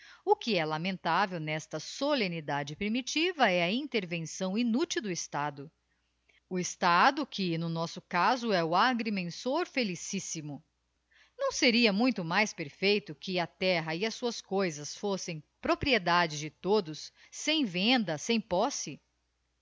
o que é lamentável n'esta solemnidade primitiva é a intervenção inútil do estado o estado que no nosso caso é o agrimensor felicissimo não seria muito mais perfeito que a terra e as suas coisas fossem propriedade de todos sem venda sem posse